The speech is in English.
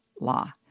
law